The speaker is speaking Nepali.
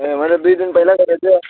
ए मैले दुई दिन पहिल्यै गरेको थियो